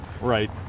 Right